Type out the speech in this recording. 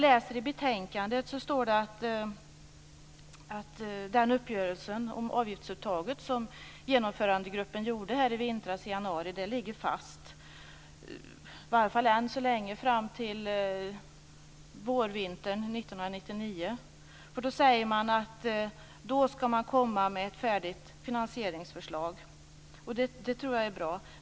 I betänkandet står det att den uppgörelse om avgiftsuttaget som Genomförandegruppen gjorde i januari i år ligger fast, i varje fall fram till vårvintern 1999. Då, säger man, skall man komma med ett färdigt finansieringsförslag, och det tror jag är bra.